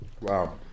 Wow